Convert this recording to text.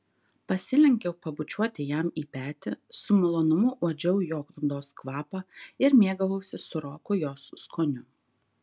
pasilenkiau pabučiuoti jam į petį su malonumu uodžiau jo odos kvapą ir mėgavausi sūroku jos skoniu